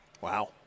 wow